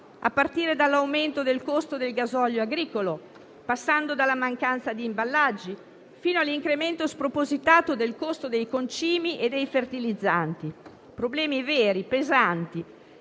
a partire dall'aumento del costo del gasolio agricolo, passando per la mancanza di imballaggi, fino all'incremento spropositato del costo dei concimi e dei fertilizzanti: problemi veri, pesanti,